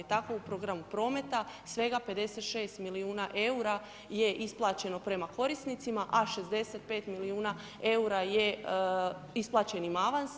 Tako u programu prometa svega 56 milijuna eura je isplaćeno prema korisnicima, a 65 milijuna eura je isplaćeni avans.